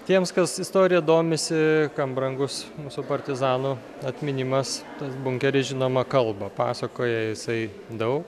tiems kas istorija domisi kam brangus mūsų partizanų atminimas tas bunkeris žinoma kalba pasakoja jisai daug